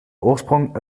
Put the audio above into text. oorsprong